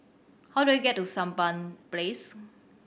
how do I get to Sampan Place